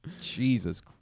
jesus